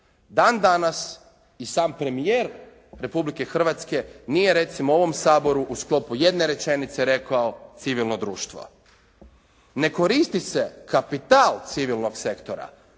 Dan danas i sam premijer Republike Hrvatske nije recimo u ovom Saboru u sklopu jedne rečenice rekao, civilno društvo. Ne koristi se kapital civilnog sektora.